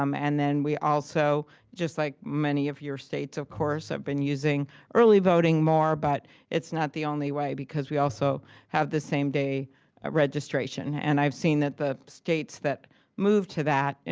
um and then we also just like many of your states, of course, have been using early voting more, but it's not the only way, because we also have the same-day registration. and i've seen that the states that move to that,